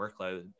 workload